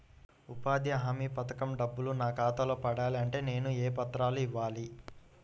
ఉపాధి హామీ పథకం డబ్బులు నా ఖాతాలో పడాలి అంటే నేను ఏ పత్రాలు ఇవ్వాలి?